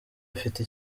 afite